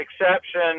exception